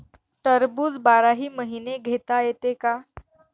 टरबूज बाराही महिने घेता येते का?